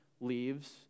leaves